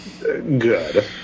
good